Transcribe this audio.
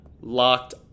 Locked